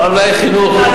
חינוך?